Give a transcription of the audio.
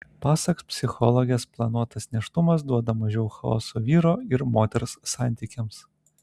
pasak psichologės planuotas nėštumas duoda mažiau chaoso vyro ir moters santykiams